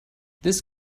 this